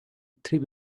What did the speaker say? three